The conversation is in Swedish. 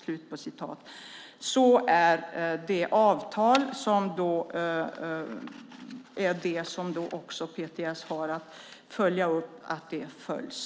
Så är det avtal som PTS har att tillse att det följs.